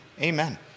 Amen